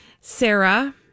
Sarah